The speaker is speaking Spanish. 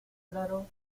raro